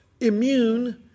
Immune